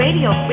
Radio